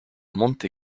monte